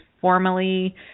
formally